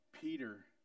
Peter